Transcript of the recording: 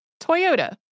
Toyota